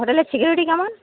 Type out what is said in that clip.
হোটেলের সিকিউিরিটি কেমন